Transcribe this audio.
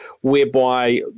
whereby